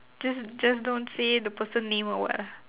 just just don't say the person name or what ah